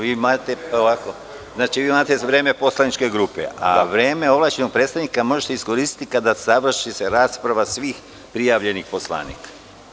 Vi imate vreme poslaničke grupe, a vreme ovlašćenog predstavnika možete iskoristiti kada se završi rasprava svih prijavljenih poslanika.